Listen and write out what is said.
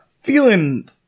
Feeling